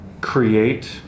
create